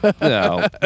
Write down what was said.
No